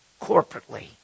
corporately